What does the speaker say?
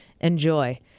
enjoy